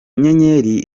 nyenyeri